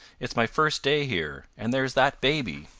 it's my first day here. and there's that baby!